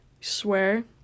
swear